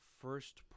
first